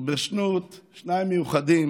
וברשות שניים מיוחדים